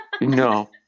No